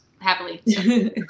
Happily